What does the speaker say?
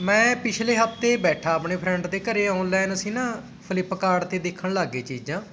ਮੈਂ ਪਿਛਲੇ ਹਫਤੇ ਬੈਠਾ ਆਪਣੇ ਫਰੈਂਡ ਦੇ ਘਰ ਔਨਲਾਈਨ ਅਸੀਂ ਨਾ ਫਲਿੱਪਕਾਟ 'ਤੇ ਦੇਖਣ ਲੱਗ ਗਏ ਚੀਜ਼ਾਂ